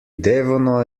devono